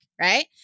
right